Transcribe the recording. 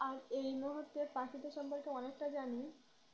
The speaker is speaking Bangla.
আর এই মুহূর্তের পাখিদের সম্পর্কে অনেকটা জানি